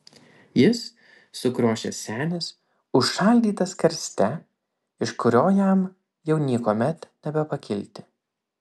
jis sukriošęs senis užšaldytas karste iš kurio jam jau niekuomet nebepakilti